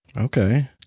okay